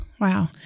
Wow